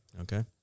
Okay